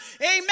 amen